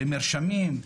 במרשמים,